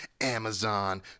Amazon